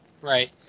Right